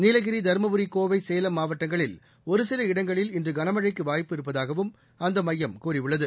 நீலகிரி தருமபுரி கோவை சேலம் மாவட்டங்களுக்கு உட்பட்ட ஒருசில இடங்களில் இன்று கனமழைக்கு வாய்ப்பு இருப்பதாகவும் அந்த மையம் கூறியுள்ளது